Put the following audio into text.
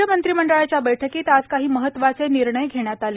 राज्य मंत्रिमंडळाच्या बैठकीत आज काही महत्वाचे निर्णय घेण्यात आले